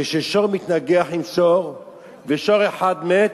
כששור מתנגח עם שור ושור אחד מת,